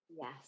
Yes